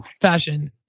fashion